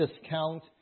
discount